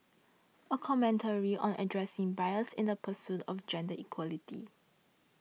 a commentary on addressing bias in the pursuit of gender equality